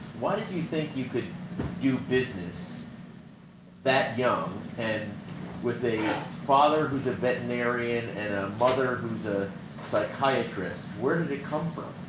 why did you think you could do business that young and with a father who's a veterinarian and a mother who's a psychiatrist, where did it come from?